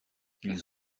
ils